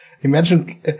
Imagine